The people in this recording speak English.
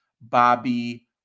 Bobby